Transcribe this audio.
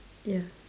ya